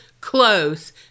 close